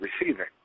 receiving